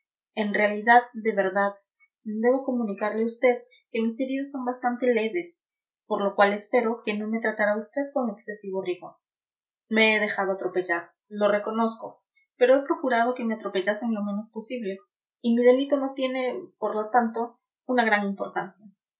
en realidad de verdad debo comunicarle a usted que mis heridas son bastante leves por lo cual espero que no me tratará usted con excesivo rigor me he dejado atropellar lo reconozco pero he procurado que me atropellasen lo menos posible y mi delito no tiene por lo tanto una gran importancia